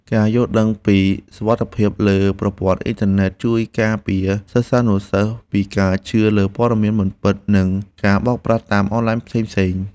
ការយល់ដឹងពីសុវត្ថិភាពលើប្រព័ន្ធអ៊ីនធឺណិតជួយការពារសិស្សានុសិស្សពីការជឿលើព័ត៌មានមិនពិត និងការបោកប្រាស់តាមអនឡាញផ្សេងៗ។